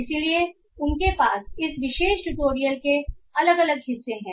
इसलिए उनके पास इस विशेष ट्यूटोरियल के अलग अलग हिस्से हैं